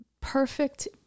perfect